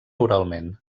oralment